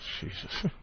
Jesus